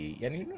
yani